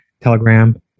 Telegram